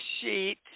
sheet